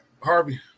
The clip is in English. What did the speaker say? Harvey